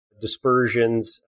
dispersions